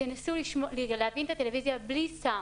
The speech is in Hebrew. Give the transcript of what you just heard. נסו להבין את הטלויזיה בלי סאונד,